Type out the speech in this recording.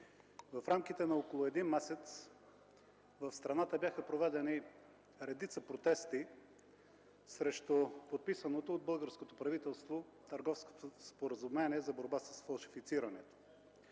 В рамките на около един месец в страната бяха проведени редица протести срещу подписаното от българското правителство Търговско споразумение за борба с фалшифицирането.